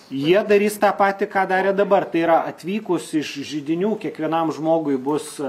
jie darys tą patį ką darė dabar tai yra atvykus iš židinių kiekvienam žmogui bus